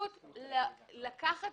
האפשרות לקחת